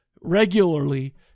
regularly